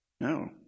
No